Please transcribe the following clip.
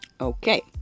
Okay